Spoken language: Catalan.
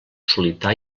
solità